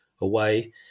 away